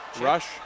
rush